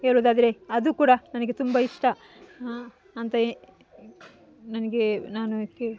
ಹೇಳೋದಾದರೆ ಅದು ಕೂಡ ನನಗೆ ತುಂಬ ಇಷ್ಟ ಅಂತ ಎ ನನಗೆ ನಾನು ಇದಕ್ಕೆ